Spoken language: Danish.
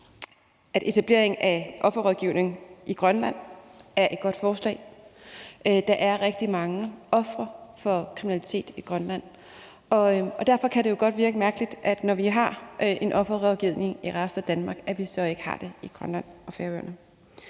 etablering af offerrådgivning i Grønland er et godt forslag. Der er rigtig mange ofre for kriminalitet i Grønland, og derfor kan det godt virke mærkeligt, at vi, når vi har en offerrådgivning i resten af Danmark, så ikke har det i Grønland og på Færøerne.